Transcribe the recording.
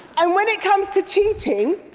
and when it comes to cheating,